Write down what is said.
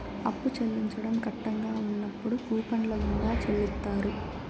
అప్పు చెల్లించడం కట్టంగా ఉన్నప్పుడు కూపన్ల గుండా చెల్లిత్తారు